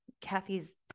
Kathy's